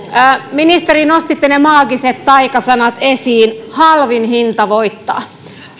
ministeri nostitte ne maagiset taikasanat esiin halvin hinta voittaa